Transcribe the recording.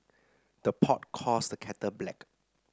the pot calls the kettle black